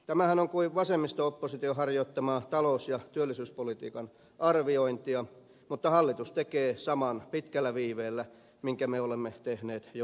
tämähän on kuin vasemmisto opposition harjoittamaa talous ja työllisyyspolitiikan arviointia mutta hallitus tekee saman pitkällä viiveellä minkä me olemme tehneet jo etuajassa